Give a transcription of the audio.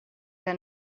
que